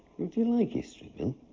you like history, bill? i